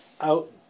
out